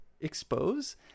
expose